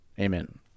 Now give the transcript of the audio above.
Amen